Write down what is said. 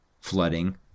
flooding